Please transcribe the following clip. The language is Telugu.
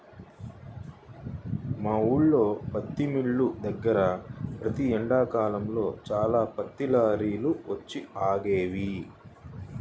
మా ఊల్లో పత్తి మిల్లు దగ్గర ప్రతి ఎండాకాలంలో చాలా పత్తి లారీలు వచ్చి ఆగేవి